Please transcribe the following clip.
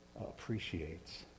appreciates